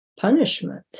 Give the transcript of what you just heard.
punishment